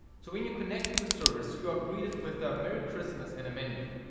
so when you connect to the service you are greeted with a merry christmas and a menu.